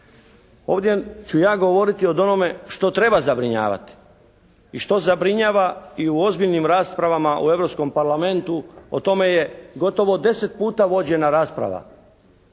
Ovdje ću ja govoriti o onome što treba zabrinjavati i što zabrinjava i u ozbiljnim raspravama u Europskom parlamentu. O tome je gotovo 10 puta vođena rasprava.